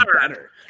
better